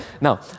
Now